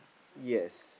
yes